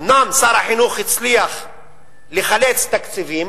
אומנם שר החינוך הצליח לחלץ תקציבים,